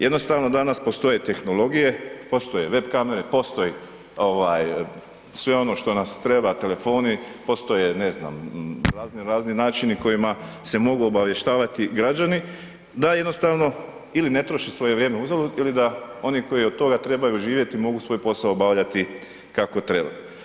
Jednostavno danas postoje tehnologije, postoje web kamere, postoji ovaj sve ono što nas treba telefoni, postoje ne znam razno razni načini kojima se mogu obavještavati građani da jednostavno ili ne troše svoje vrijeme uzalud ili da oni koji od toga trebaju živjeti mogu svoj posao obavljati kako treba.